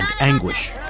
anguish